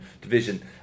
division